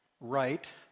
right